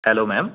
hello ma'am